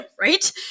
right